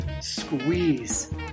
Squeeze